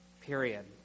period